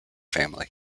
family